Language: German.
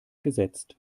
gesetzt